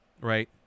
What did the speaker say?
right